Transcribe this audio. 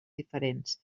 diferents